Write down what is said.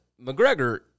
McGregor